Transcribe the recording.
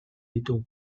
ditu